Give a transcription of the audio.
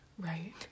Right